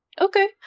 Okay